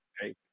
Hey